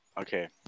Okay